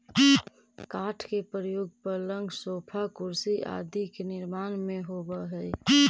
काष्ठ के प्रयोग पलंग, सोफा, कुर्सी आदि के निर्माण में होवऽ हई